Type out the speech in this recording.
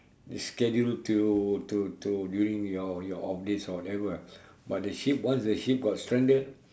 you schedule till to to during your your off days or whatever ah but the ship once the ship got stranded